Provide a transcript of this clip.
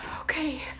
Okay